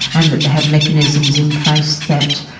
and that they have mechanisms in place that